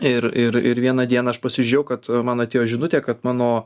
ir ir ir vieną dieną aš pasižiūrėjau kad man atėjo žinutė kad mano